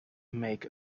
make